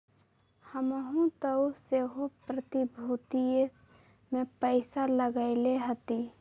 हमहुँ तऽ सेहो प्रतिभूतिय में पइसा लगएले हती